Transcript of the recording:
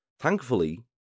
Thankfully